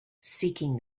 seeking